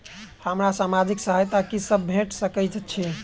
हमरा सामाजिक सहायता की सब भेट सकैत अछि?